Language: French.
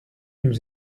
nous